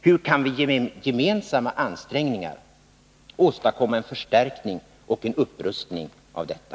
Hur kan vi med gemensamma ansträngningar få en förstärkning och en upprustning av denna?